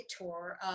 tour